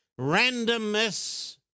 Randomness